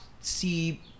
see